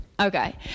Okay